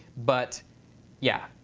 but yeah,